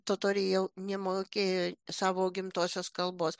totoriai jau nemokėjo savo gimtosios kalbos